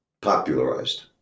popularized